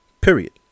period